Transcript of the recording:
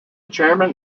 chairman